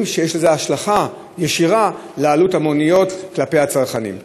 שיש לה השלכה ישירה על עלות הנסיעות במוניות לצרכנים?